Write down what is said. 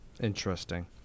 Interesting